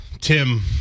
Tim